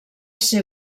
ser